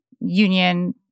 union